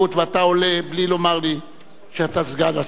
ואתה עולה בלי לומר לי שאתה סגן השר.